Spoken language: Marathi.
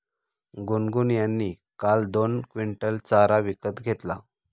गुनगुन यांनी काल दोन क्विंटल चारा विकत घेतला